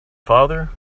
father